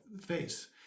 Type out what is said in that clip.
face